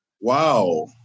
Wow